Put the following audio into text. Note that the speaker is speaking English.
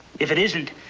if it isn't,